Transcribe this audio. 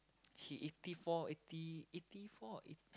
he eighty four eighty eighty four or eight